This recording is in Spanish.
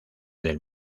del